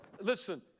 listen